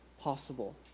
possible